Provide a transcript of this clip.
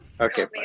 okay